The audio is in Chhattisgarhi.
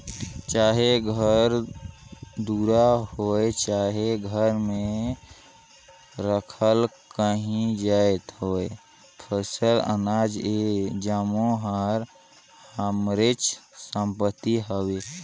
चाहे घर दुरा होए चहे घर में राखल काहीं जाएत होए फसिल, अनाज ए जम्मो हर हमरेच संपत्ति हवे